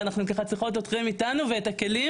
ואנחנו צריכות אתכם איתנו ואת הכלים